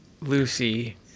Lucy